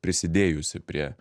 prisidėjusi prie